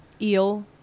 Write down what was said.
Eel